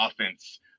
offense